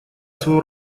свою